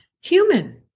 human